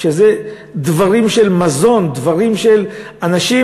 שזה דברים של מזון, אנשים